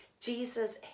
Jesus